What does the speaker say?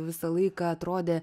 visą laiką atrodė